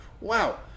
wow